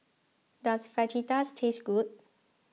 does Fajitas taste good